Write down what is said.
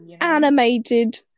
animated